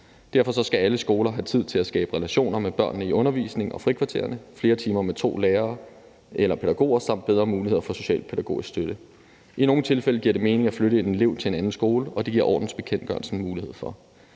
Derfor skal skoler have tid til at skabe relationer med børnene i undervisningen og frikvartererne, flere timer med to lærere eller pædagoger samt bedre mulighed for socialpædagogisk støtte. I nogle tilfælde giver det mening at flytte en elev til en anden skole, og det giver ordensbekendtgørelsen mulighed for.